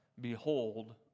behold